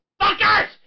Fuckers